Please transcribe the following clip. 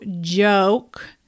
joke